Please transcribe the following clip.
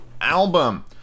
album